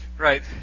Right